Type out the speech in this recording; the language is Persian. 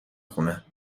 خونه